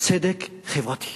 צדק חברתי.